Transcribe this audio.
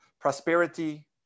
prosperity